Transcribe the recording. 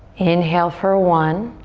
inhale for one,